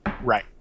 Right